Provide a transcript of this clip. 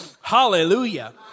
Hallelujah